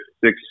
six